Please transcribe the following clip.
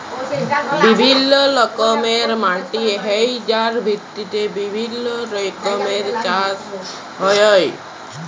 বিভিল্য রকমের মাটি হ্যয় যার ভিত্তিতে বিভিল্য রকমের চাস হ্য়য়